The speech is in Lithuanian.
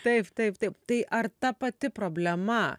taip taip taip tai ar ta pati problema